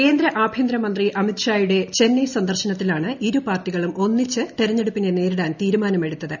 കേന്ദ്ര ആഭ്യന്തരമന്ത്രി അമിത്ഷായുടെ ചെന്നൈ സന്ദർശനത്തിലാണ് ഇരുപാർട്ടികളും ഒന്നിച്ച് തിരഞ്ഞെടുപ്പിനെ നേരിടാൻ തീരുമാനമെടുത്തത്